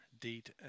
date